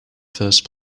first